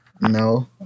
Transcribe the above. No